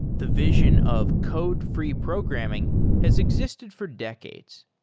the vision of code-free programming has existed for decades.